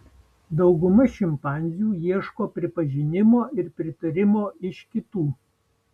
dauguma šimpanzių ieško pripažinimo ir pritarimo iš kitų